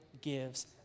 gives